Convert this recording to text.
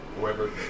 Whoever